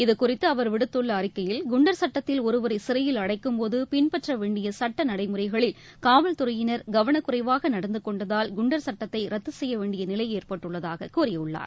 இதுகுறித்து அவர் விடுத்துள்ள அறிக்கையில் குண்டர் சட்டத்தில் ஒருவரை சிறையில் அடைக்கும்போது பின்பற்றவேண்டிய சட்ட நடைமுறைகளில் காவல்துறையினர் கவனக்குறைவாக நடந்துகொண்டதால் குண்டர் சட்டத்தை ரத்து செய்யவேண்டிய நிலை ஏற்பட்டுள்ளதாக கூறியுள்ளார்